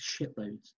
shitloads